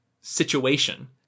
situation